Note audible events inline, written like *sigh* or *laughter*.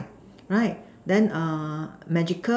*noise* right then err magical